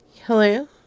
Hello